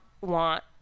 want